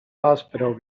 hospital